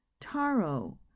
Taro